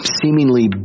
seemingly